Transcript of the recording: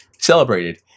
celebrated